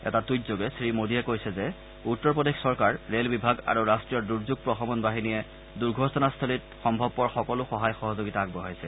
এটা টুইটযোগে শ্ৰীমোদীয়ে কৈছে যে উত্তৰ প্ৰদেশ চৰকাৰ ৰে'ল বিভাগ আৰু ৰাষ্ট্ৰীয় দুৰ্যোগ প্ৰশমন বাহিনীয়ে দুৰ্ঘটনাস্থলীত সম্ভৱপৰ সকলো সহায় সহযোগিতা আগবঢ়াইছে